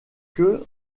que